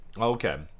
Okay